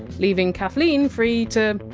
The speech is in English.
leaving kathleen free to.